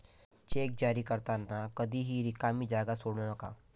check जारी करताना कधीही रिकामी जागा सोडू नका